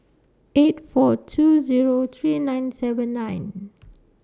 eight four two Zero three nine seven nine